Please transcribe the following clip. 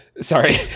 sorry